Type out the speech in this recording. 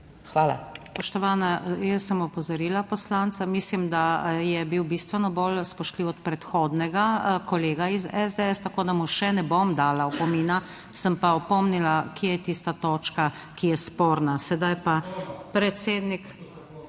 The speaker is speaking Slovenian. Spoštovani, jaz sem opozorila poslanca, mislim, da je bil bistveno bolj spoštljiv od predhodnega kolega iz SDS, tako da mu še ne bom dala opomina, sem pa opomnila, kje je tista točka, ki je sporna. Sedaj pa predsednik ...